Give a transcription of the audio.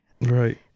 Right